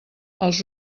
els